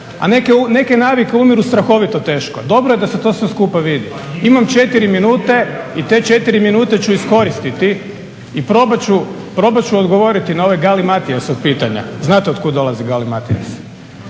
a neke navike umiru strahovito teško, dobro je da se sve to skupa vidi. Imam 4 minute i te 4 minute ću iskoristiti i probat ću odgovoriti na ovaj galimatijas od pitanja. Znate od kud dolazi galimatijas?